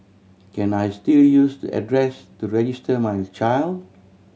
can I still use the address to register my child